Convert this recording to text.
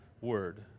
Word